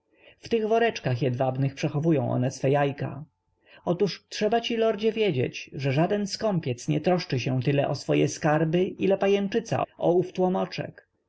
tych woreczkach jedwabnych przechowują one swe jajka otóż trzeba ci lordzie wiedzieć że żaden skąpiec nie troszczy się tyle o swoje skarby ile pajęczyca o ów tłomoczek